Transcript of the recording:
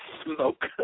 smoke